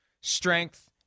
strength